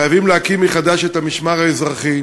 שחייבים להקים מחדש את המשמר האזרחי,